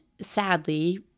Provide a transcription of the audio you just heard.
sadly